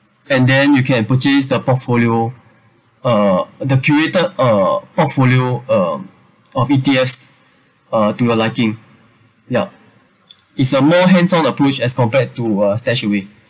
and then you can purchase the portfolio uh the curator uh portfolio um of E_T_F uh to your liking yup it's a more hands-on approach as compared to uh StashAway